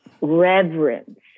reverence